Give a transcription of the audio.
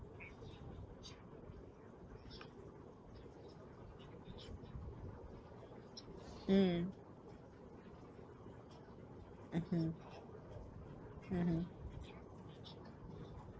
mm mmhmm mmhmm